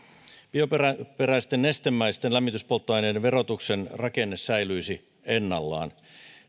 bioperäisten nestemäisten lämmityspolttoaineiden verotuksen rakenne säilyisi ennallaan